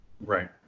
Right